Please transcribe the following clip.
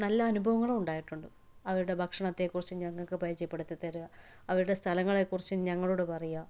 നല്ല അനുഭവങ്ങളും ഉണ്ടായിട്ടുണ്ട് അവരുടെ ഭക്ഷണത്തെ കുറിച്ച് ഞങ്ങൾക്ക് പരിചയപ്പെടുത്തി തരിക അവരുടെ സ്ഥലങ്ങളെ കുറിച്ച് ഞങ്ങളോട് പറയുക